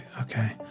Okay